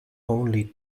only